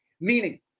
Meaning